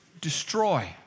destroy